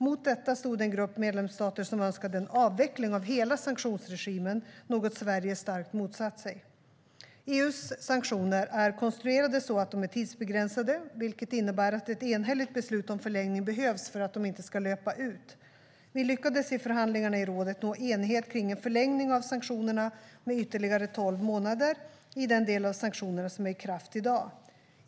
Mot detta stod en grupp medlemsstater som önskade en avveckling av hela sanktionsregimen, något Sverige starkt motsatt sig. EU:s sanktioner är konstruerade så att de är tidsbegränsade, vilket innebär att ett enhälligt beslut om förlängning behövs för att de inte ska löpa ut. Vi lyckades i förhandlingarna i rådet nå enighet kring en förlängning av sanktionerna med ytterligare 12 månader, i den del av sanktionerna som är i kraft i dag.